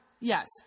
Yes